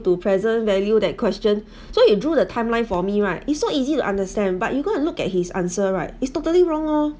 to present value that question so you drew the timeline for me right it's so easy to understand but you go and look at his answer right is totally wrong lor